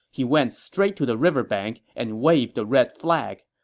he went straight to the river bank and waved the red flag.